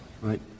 right